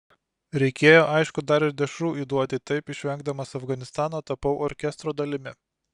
reikėjo aišku dar ir dešrų įduoti taip išvengdamas afganistano tapau orkestro dalimi